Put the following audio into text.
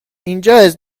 اینجااز